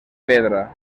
pedra